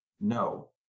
No